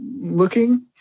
looking